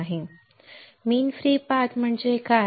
पहा म्हणजे mean free path म्हणजे काय